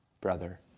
brother